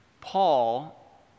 Paul